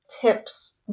tips